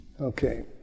Okay